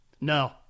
No